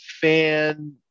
fan